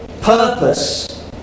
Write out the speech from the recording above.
purpose